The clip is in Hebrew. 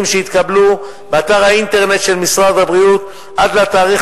שהתקבלו באתר האינטרנט של משרד הבריאות עד לתאריך